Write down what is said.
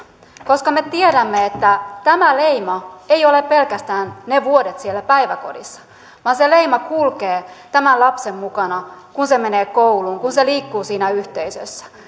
koska me tiedämme että tämä leima ei ole pelkästään ne vuodet siellä päiväkodissa vaan se leima kulkee tämän lapsen mukana kun hän menee kouluun kun hän liikkuu siinä yhteisössä